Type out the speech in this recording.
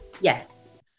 yes